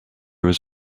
was